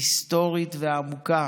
היסטורית ועמוקה.